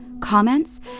Comments